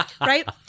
Right